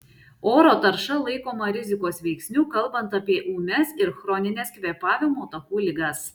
oro tarša laikoma rizikos veiksniu kalbant apie ūmias ir chronines kvėpavimo takų ligas